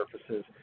surfaces